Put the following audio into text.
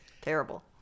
Terrible